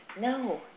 No